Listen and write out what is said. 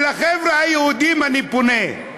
ולחבר'ה היהודים אני פונה,